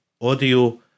audio